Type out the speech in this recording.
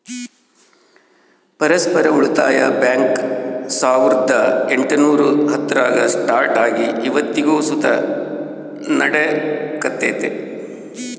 ಪರಸ್ಪರ ಉಳಿತಾಯ ಬ್ಯಾಂಕ್ ಸಾವುರ್ದ ಎಂಟುನೂರ ಹತ್ತರಾಗ ಸ್ಟಾರ್ಟ್ ಆಗಿ ಇವತ್ತಿಗೂ ಸುತ ನಡೆಕತ್ತೆತೆ